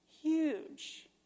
huge